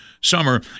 summer